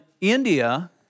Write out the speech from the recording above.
India